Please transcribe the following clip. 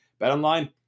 BetOnline